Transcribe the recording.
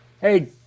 Hey